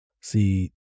See